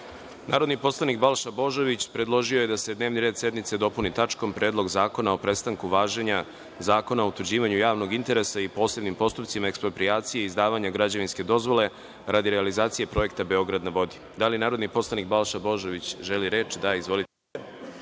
predlog. Narodni poslani Balša Božović predložio je da se dnevni red sednice dopuni tačkom – Predlog zakona o prestanku važenja Zakona o utvrđivanju javnog interesa i posebnim postupcima eksproprijacije i izdavanja građevinske dozvole radi realizacije projekta „Beograd na vodi“.Da li narodni poslanik Balša Božović želi reč? (Da)Reč